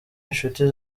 inshuti